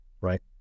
right